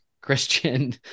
Christian